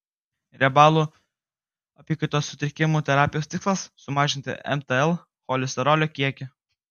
riebalų apykaitos sutrikimų terapijos tikslas sumažinti mtl cholesterolio kiekį